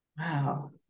Wow